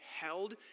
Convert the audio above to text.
held